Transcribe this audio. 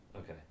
Okay